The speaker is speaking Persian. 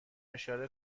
اشاره